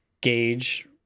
gauge